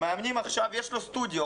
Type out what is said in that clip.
יש לו סטודיו.